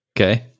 Okay